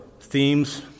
themes